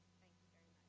thank you very